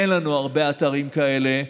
אין לנו הרבה אתרים כאלה.